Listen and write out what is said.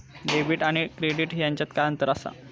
Debit आणि credit ह्याच्यात काय अंतर असा?